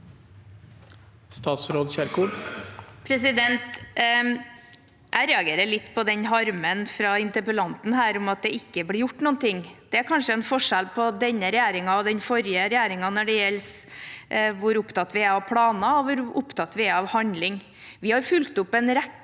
Ingvild Kjerkol Jeg reagerer litt på harmen fra interpellanten over at det ikke blir gjort noen ting. Det er kanskje en forskjell på denne regjeringen og den forrige regjeringen når det gjelder hvor opptatt vi er av planer, og hvor opptatt vi er av handling. Vi har fulgt opp en rekke